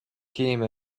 came